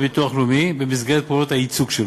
לאומי, במסגרת פעולת הייצוג שלו,